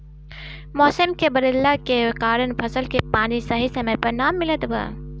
मउसम के बदलला के कारण फसल के पानी सही समय पर ना मिलत बा